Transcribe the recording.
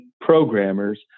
programmers